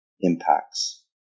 impacts